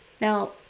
Now